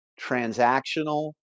Transactional